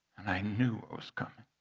and i knew what was coming.